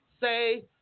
Say